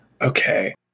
okay